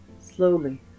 Slowly